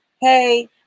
hey